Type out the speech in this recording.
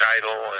title